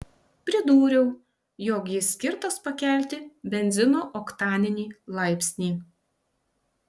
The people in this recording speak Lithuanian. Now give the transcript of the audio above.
pridūriau jog jis skirtas pakelti benzino oktaninį laipsnį